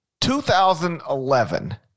2011